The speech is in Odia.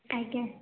ଆଜ୍ଞା